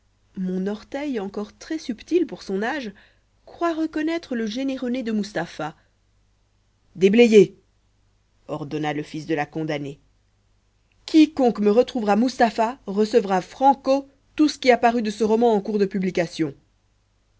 mon orteil encore très subtil pour son âge croit reconnaître le généreux nez de mustapha déblayez ordonna le fils de la condamnée quiconque me retrouvera mustapha recevra franco tout ce qui a paru de ce roman en cours de publication